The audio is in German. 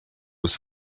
ist